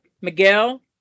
Miguel